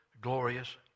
glorious